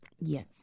Yes